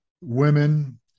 women